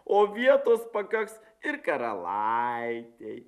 o vietos pakaks ir karalaitei